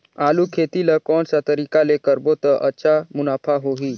आलू खेती ला कोन सा तरीका ले करबो त अच्छा मुनाफा होही?